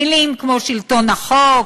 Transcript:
מילים כמו שלטון החוק,